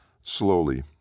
Slowly